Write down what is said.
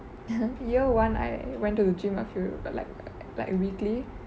year one I went to the gym a few but like like weekly